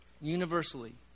Universally